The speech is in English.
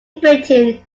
britain